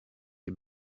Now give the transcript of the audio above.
les